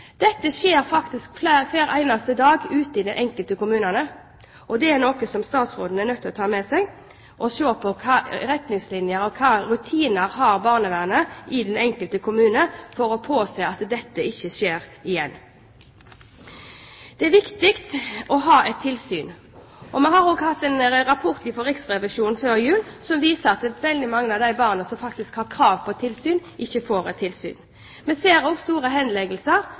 dette ikke er noen unike tilfeller. Dette skjer faktisk flere hver eneste dag ute i de enkelte kommunene. Det er noe som statsråden er nødt til å ta med seg, og se på hvilke retningslinjer og hvilke rutiner barnevernet i den enkelte kommune har, for å påse at dette ikke skjer igjen. Det er viktig å ha et tilsyn. Vi har fått en rapport fra Riksrevisjonen, før jul, som viser at veldig mange av de barna som har krav på tilsyn, ikke får tilsyn. Vi ser også henleggelser